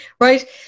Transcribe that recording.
right